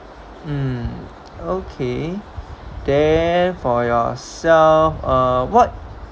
mm okay then for yourself uh what